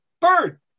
Bird